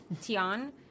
Tian